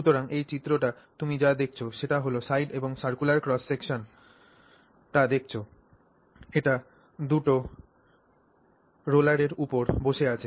সুতরাং এই চিত্রটি তুমি যা দেখছ সেটা হল সাইড এবং circular cross section টি দেখছ এটি দুটি রোলারের উপর বসে আছে